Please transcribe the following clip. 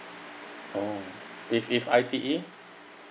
oh if if I_T_E